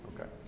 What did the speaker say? okay